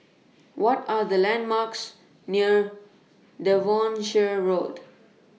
What Are The landmarks near Devonshire Road